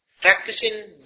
Practicing